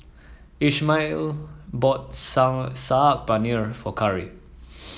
Ismael bought Saag Paneer for Khari